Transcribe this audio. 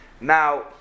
Now